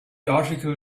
article